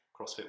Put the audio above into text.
CrossFit